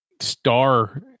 star